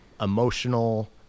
emotional